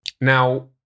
Now